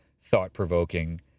thought-provoking